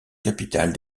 capitale